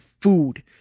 food